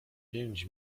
pięć